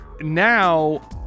Now